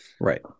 right